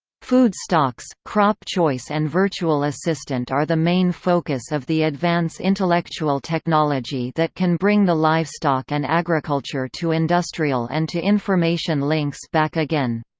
food stocks, crop choice and virtual assistant are the main focus of the advance intellectual technology that can bring the livestock livestock and agriculture to industrial and to information links back again.